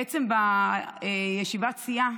בעצם בישיבת הסיעה